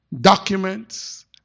documents